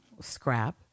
scrap